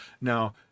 Now